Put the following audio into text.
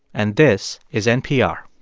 and this is npr